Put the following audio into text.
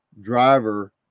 driver